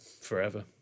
forever